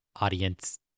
audience